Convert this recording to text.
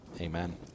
Amen